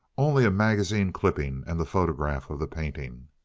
only a magazine clipping and the photograph of the painting.